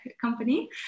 company